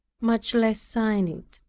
much less sign it.